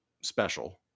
special